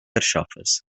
carxofes